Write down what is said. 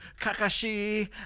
Kakashi